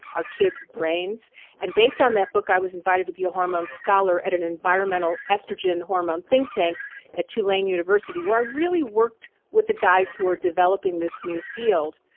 our kid's brains and based on that book i was invited to be a hormone scholar at an environmental estrogen hormone think tank at tulane university where i really worked with the guys who were developing this new field.